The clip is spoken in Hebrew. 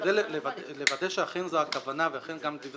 כדי לוודא שאכן זו הכוונה ------ רגע,